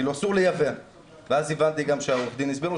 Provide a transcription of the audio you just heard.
כי אסור לייבא' ואז הבנתי גם שעורך הדין הסביר לו